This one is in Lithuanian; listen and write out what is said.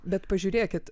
bet pažiūrėkit